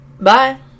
Bye